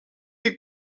des